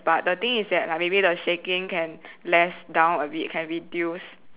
but the thing is that like maybe the shaking can less down a bit can reduce